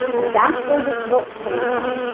and that's where this book came from.